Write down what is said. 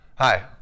Hi